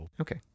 Okay